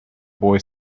boy